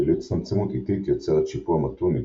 ואילו הצטמצמות איטית יוצרת שיפוע מתון יותר,